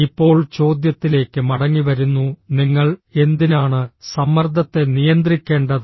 ഇപ്പോൾ ചോദ്യത്തിലേക്ക് മടങ്ങിവരുന്നു നിങ്ങൾ എന്തിനാണ് സമ്മർദ്ദത്തെ നിയന്ത്രിക്കേണ്ടത്